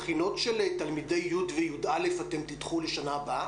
בחינות של תלמידי י' וי"א אתם תדחו לשנה הבאה?